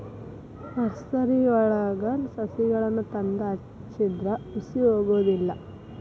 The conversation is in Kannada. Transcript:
ನರ್ಸರಿವಳಗಿ ಸಸಿಗಳನ್ನಾ ತಂದ ಹಚ್ಚಿದ್ರ ಹುಸಿ ಹೊಗುದಿಲ್ಲಾ